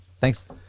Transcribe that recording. Thanks